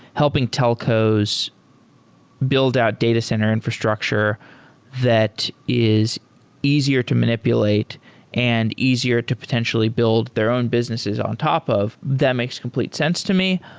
helping telcos build out data center infrastructure that is easier to manipulate and easier to potentially build their own businesses on top of. that makes complete sense to me.